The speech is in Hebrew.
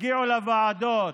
הגיעו לוועדות,